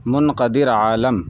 منقدر عالم